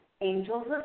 Angels